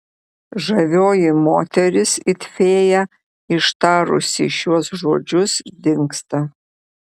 žavioji moteris it fėja ištarusi šiuos žodžius dingsta